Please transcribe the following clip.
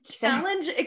challenge